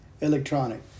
electronic